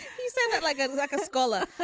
he said. it like ah like a scholar.